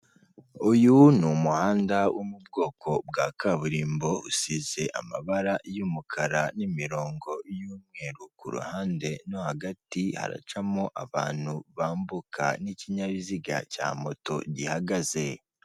Uyu ni umuhanda wo mu bwoko bwa kaburimbo, usize amabara y'umukara, n'imirongo y'umweru, ku ruhande no hagati, haracamo abantu bambuka, n'ikinyabiziga cya moto gihagaze.